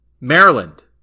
Maryland